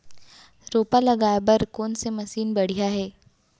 रोपा लगाए बर कोन से मशीन बढ़िया हे?